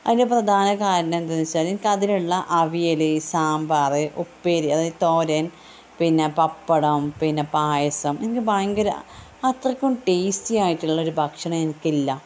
അതിന് പ്രധാന കാരണം എന്തെന്ന് വച്ചാൽ എനിക്ക് അതിലുള്ള അവിയല് സാമ്പാറ് ഉപ്പേരി അതായത് തോരൻ പിന്നെ പപ്പടം പിന്നെ പായസം എനിക്ക് ഭയങ്കര അത്രയ്ക്കും ടേസ്റ്റി ആയിട്ടുള്ളൊരു ഭക്ഷണം എനിക്കില്ല